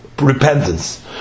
repentance